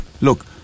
Look